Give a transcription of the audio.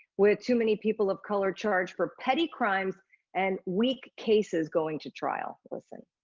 with too many people of color charged for petty crimes and weak cases going to trial. listen.